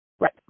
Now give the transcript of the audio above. Right